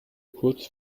kurz